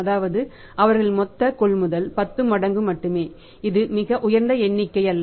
அதாவது அவர்களின் மொத்த கொள்முதல் 10 மடங்கு மட்டுமே இது மிக உயர்ந்த எண்ணிக்கை அல்ல